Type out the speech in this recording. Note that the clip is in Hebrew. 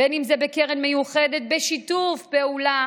אם זה בקרן מיוחדת בשיתוף פעולה